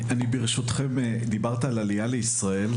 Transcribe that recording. דיברת על עלייה לישראל.